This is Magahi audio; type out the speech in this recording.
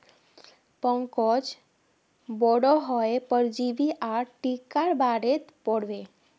पंकज बोडो हय परजीवी आर टीकार बारेत पढ़ बे